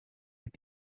with